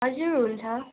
हजुर हुन्छ